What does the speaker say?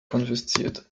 konfisziert